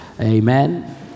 Amen